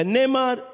Neymar